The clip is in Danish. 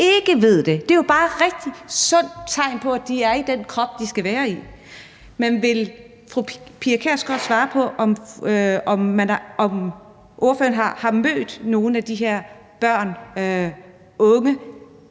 ikke ved det. Det er jo bare et rigtig sundt tegn på, at de er i den krop, de skal være i. Men vil fru Pia Kjærsgaard svare på, om hun har mødt nogle af de her børn og unge,